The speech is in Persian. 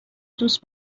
دوست